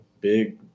big